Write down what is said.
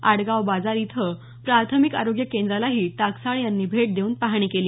आडगाव बाजार इथं प्राथमिक आरोग्य केंद्रालाही टाकसाळे यांनी भेट देऊन पाहणी केली